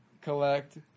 Collect